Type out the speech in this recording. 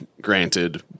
granted